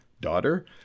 daughter